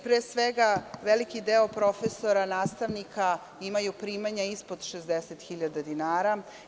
Pre svega, veliki deo profesora, nastavnika imaju primanja ispod 60.000 dinara.